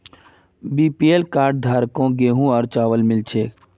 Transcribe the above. BPL card धारकों गेहूं और चावल मिल छे